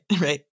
right